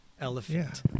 elephant